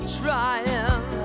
trying